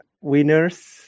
winners